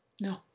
no